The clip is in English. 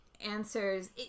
answers